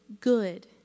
good